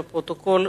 לפרוטוקול.